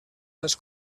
les